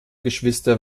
geschwister